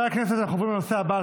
אנחנו עוברים להצבעה על